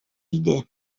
иде